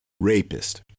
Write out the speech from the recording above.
rapist